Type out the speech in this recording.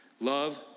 Love